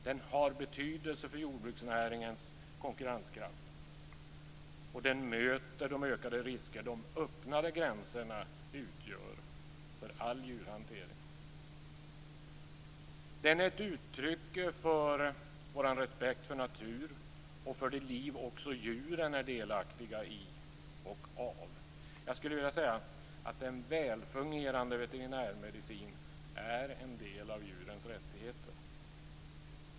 Den har betydelse för jordbruksnäringens konkurrenskraft och den möter de ökade risker de öppnade gränserna utgör för all djurhantering. Den är ett uttryck för vår respekt för naturen och för det liv också djuren är delaktiga i och en del av. Jag skulle vilja säga att en välfungerande veterinärmedicin är en del av djurens rättigheter.